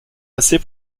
assez